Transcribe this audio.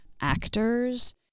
actors